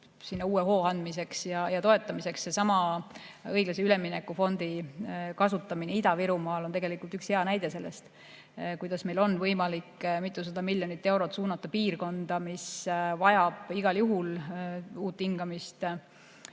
seal uue hoo andmiseks, selle piirkonna toetamiseks. Õiglase ülemineku fondi kasutamine Ida-Virumaal on tegelikult üks hea näide sellest, kuidas meil on võimalik mitusada miljonit eurot suunata piirkonda, mis vajab igal juhul uut hingamist.